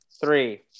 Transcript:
Three